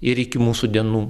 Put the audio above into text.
ir iki mūsų dienų